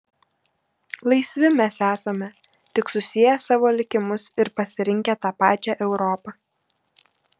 laisvi mes esame tik susieję savo likimus ir pasirinkę tą pačią europą